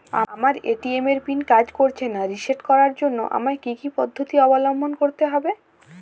আমার এ.টি.এম এর পিন কাজ করছে না রিসেট করার জন্য আমায় কী কী পদ্ধতি অবলম্বন করতে হবে?